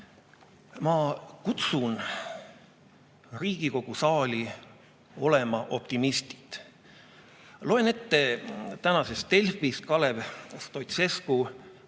Ma kutsun Riigikogu saali olema optimistid. Loen ette tänases Delfis Kalev Stoicescu